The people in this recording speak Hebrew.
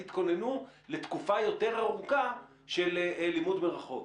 תתכוננו לתקופה יותר ארוכה של לימוד מרחוק.